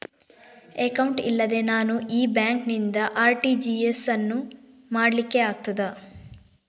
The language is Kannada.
ಅಕೌಂಟ್ ಇಲ್ಲದೆ ನಾನು ಈ ಬ್ಯಾಂಕ್ ನಿಂದ ಆರ್.ಟಿ.ಜಿ.ಎಸ್ ಯನ್ನು ಮಾಡ್ಲಿಕೆ ಆಗುತ್ತದ?